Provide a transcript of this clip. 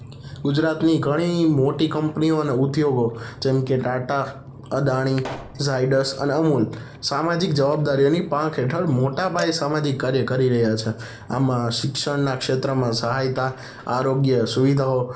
ગુજરાતની ઘણી મોટી કંપનીઓ અને ઉદ્યોગો જેમકે ટાટા અદાણી જાયડસ અને અમુલ સામાજિક જવાબદારીઓની પાંખ હેઠળ મોટા પાયે સામાજિક કાર્ય કરી રહ્યા છે આમાં શિક્ષણના ક્ષેત્રમાં સહાયતા આરોગ્ય સુવિધાઓ